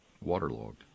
waterlogged